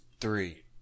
three